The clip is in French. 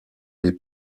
les